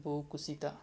ಭೂಕುಸಿತ